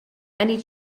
many